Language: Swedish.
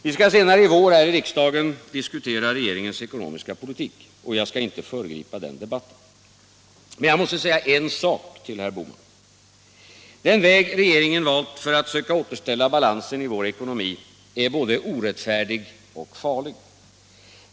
Vi skall senare i vår här i riksdagen diskutera regeringens ekonomiska politik, och jag skall inte föregripa den debatten. Men jag måste säga en sak till herr Bohman: den väg regeringen valt för att söka återställa balansen i vår ekonomi är både orättfärdig och farlig.